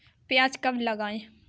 प्याज कब लगाएँ?